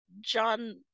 John